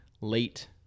late